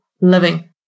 living